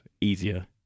easier